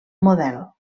model